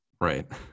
Right